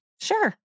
Sure